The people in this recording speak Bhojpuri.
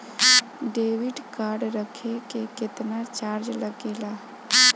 डेबिट कार्ड रखे के केतना चार्ज लगेला?